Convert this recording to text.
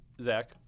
Zach